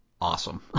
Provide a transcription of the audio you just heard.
awesome